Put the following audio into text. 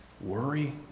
worry